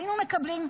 היינו מקבלים,